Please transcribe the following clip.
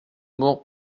bon